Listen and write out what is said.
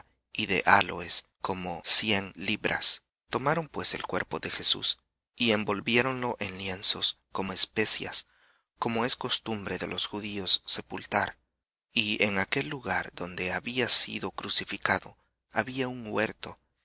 y de áloes como cien libras tomaron pues el cuerpo de jesús y envolviéronlo en lienzos con especias como es costumbre de los judíos sepultar y en aquel lugar donde había sido crucificado había un huerto